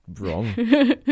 wrong